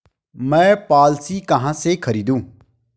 मैं पॉलिसी कहाँ से खरीदूं?